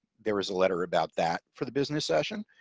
there was a letter about that for the business session